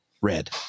red